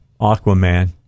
Aquaman